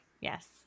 Yes